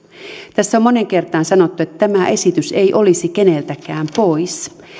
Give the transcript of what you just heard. tässä on moneen kertaan sanottu että tämä esitys ei olisi keneltäkään pois